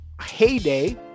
heyday